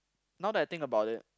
now that I that I think about it